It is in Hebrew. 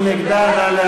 מי נגדה?